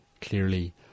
clearly